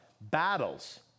Battles